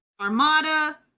Armada